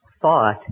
thought